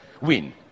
win